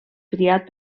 triat